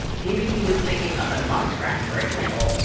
maybe he was thinking of a muskrat, for example.